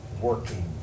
working